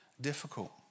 difficult